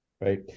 Right